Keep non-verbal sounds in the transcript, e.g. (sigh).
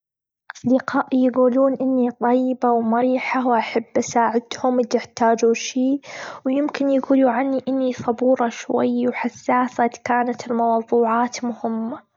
(noise) أصدقائي يجولون إني طيبة، ومرحة وأحب أساعدهم إذا أحتاجوا شي، ويمكن يجولوا عني إني صبورة شوي، وحساسة إذا كانت الموضوعات مهمة.